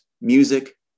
music